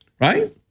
right